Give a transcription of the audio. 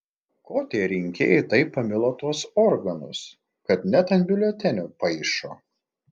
ko tie rinkėjai taip pamilo tuos organus kad net ant biuletenių paišo